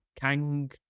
Kang